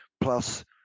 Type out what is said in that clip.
plus